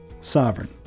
sovereign